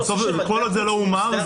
כל עוד זה לא הומר,